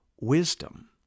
wisdom